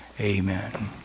Amen